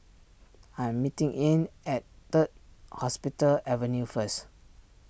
I am meeting Ean at Third Hospital Avenue first